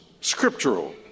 scriptural